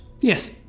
yes